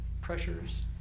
pressures